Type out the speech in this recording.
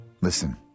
listen